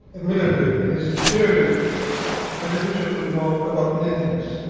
admittedly it is clearly beneficial to know about many things.